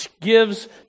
gives